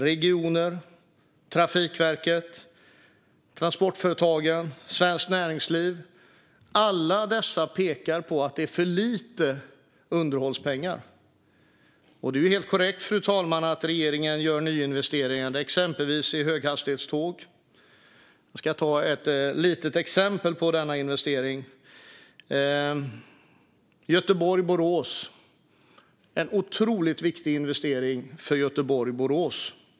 Regioner, Trafikverket, transportföretagen och Svenskt Näringsliv - alla dessa pekar på att det är för lite underhållspengar. Det är helt korrekt, fru talman, att regeringen gör nyinvesteringar, exempelvis i höghastighetståg. Jag ska ge ett litet exempel på denna investering. Göteborg-Borås är en otroligt viktig investering för Göteborg-Borås.